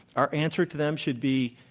our answer to them should be,